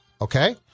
Okay